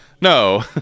no